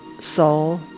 soul